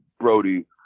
Brody